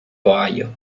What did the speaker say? ohio